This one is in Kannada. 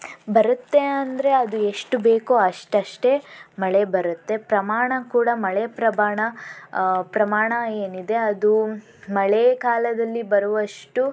ಬರುತ್ತೆ ಅಂದರೆ ಅದು ಎಷ್ಟು ಬೇಕೋ ಅಷ್ಟಷ್ಟೇ ಮಳೆ ಬರುತ್ತೆ ಪ್ರಮಾಣ ಕೂಡ ಮಳೆ ಪ್ರಮಾಣ ಪ್ರಮಾಣ ಏನಿದೆ ಅದು ಮಳೆಗಾಲದಲ್ಲಿ ಬರುವಷ್ಟು